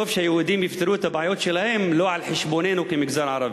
טוב שהיהודים יפתרו את הבעיות שלהם לא על חשבוננו כמגזר ערבי.